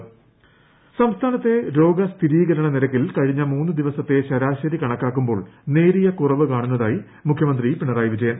മുഖ്യമന്തി സംസ്ഥാനത്തെ രോഗസ്ഥിരീകരണ നിരക്കിൽ കഴിഞ്ഞ ദ ദിവസത്തെ ശരാശരി കണക്കാക്കുമ്പോൾ നേരിയ കുറവ് കാണുന്നതായി മുഖ്യമന്ത്രി പിണറായി വിജയൻ